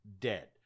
dead